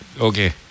Okay